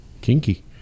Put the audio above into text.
Kinky